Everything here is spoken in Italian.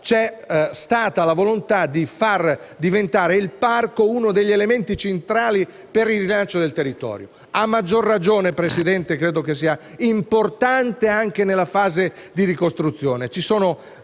c'è stata la volontà di far diventare il parco uno degli elementi centrali per il rilancio del territorio; a maggior ragione, Presidente, credo che ciò sia importante anche nella fase di ricostruzione.